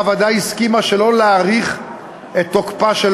הוועדה הסכימה שלא להאריך את תוקפה של